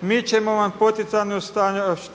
mi ćemo vam poticajnu